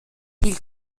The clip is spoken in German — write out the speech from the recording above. viel